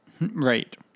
Right